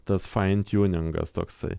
tas fain tiuningas toksai